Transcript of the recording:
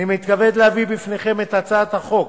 אני מתכבד להביא בפניכם את הצעת חוק